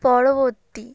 পরবর্তী